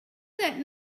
that